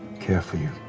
care for you.